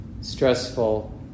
stressful